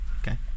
Okay